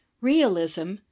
Realism